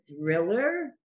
thriller